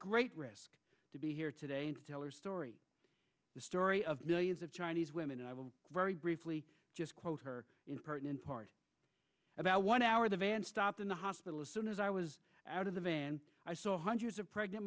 great risk to be here today and to tell her story the story of millions of chinese women and i will very briefly just quote her in part in part about one hour the van stopped in the hospital as soon as i was out of the van i saw hundreds of pregnant